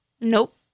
Nope